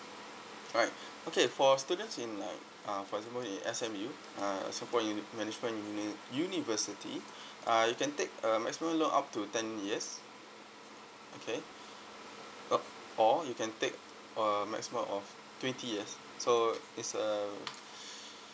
alright okay for students in like uh for example in S_M_U uh singapore you management in une~ university uh you can take a maximum loan up to ten years okay b~ or you can take a maximum of twenty years so it's uh